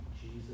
Jesus